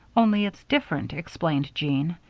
only it's different, explained jean.